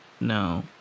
No